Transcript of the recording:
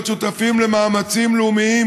להיות שותפים למאמצים לאומיים